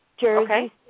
Jersey